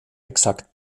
exakt